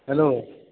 hello